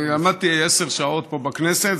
אני למדתי עשר שעות פה בכנסת,